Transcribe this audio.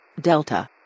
Delta